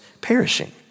perishing